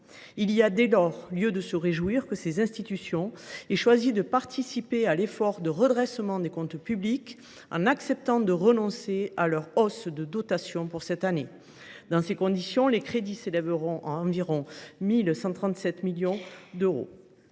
il y a lieu de se réjouir que ces institutions aient choisi de participer à l’effort de redressement des comptes publics, en acceptant de renoncer à une hausse de leur dotation pour cette année. Dans ces conditions, les crédits de cette mission s’élèveront à environ 1 137 millions d’euros.